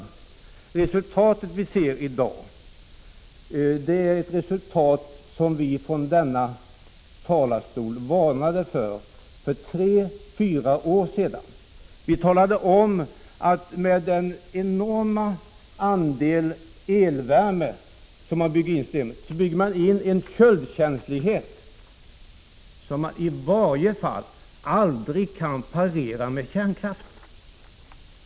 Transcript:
Det resultat vi ser i dag är någonting som vi från denna talarstol för tre fyra år sedan varnade för. Vi talade om att man med den enorma andelen elvärme bygger in en köldkänslighet som man i varje fall aldrig kan parera med kärnkraft.